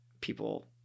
people